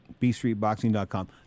bstreetboxing.com